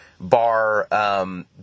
bar